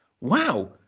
Wow